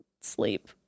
sleep